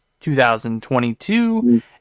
2022